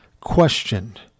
questioned